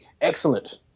excellent